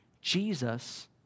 Jesus